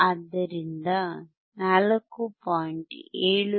ಆದ್ದರಿಂದ 4